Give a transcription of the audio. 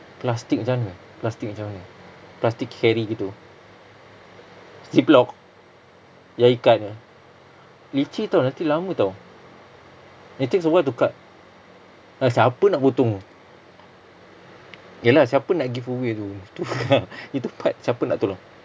plastic macam mana plastic macam mana plastic carry gitu ziplock yang ikat eh leceh [tau] nanti lama [tau] it takes a while to cut siapa nak potong ya lah siapa nak giveaway tu itu itu part siapa nak tolong